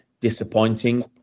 disappointing